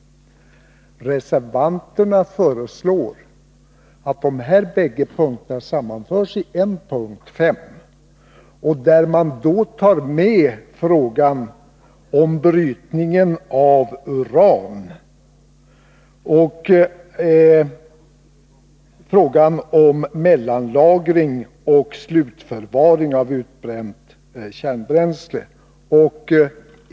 Reservanterna föreslår att de här bägge punkterna sammanförs i en p. 5, där man tar med frågan om brytning av uran och frågan om mellanlagring och slutförvaring av utbränt kärnbränsle.